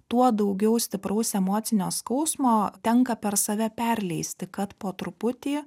tuo daugiau stipraus emocinio skausmo tenka per save perleisti kad po truputį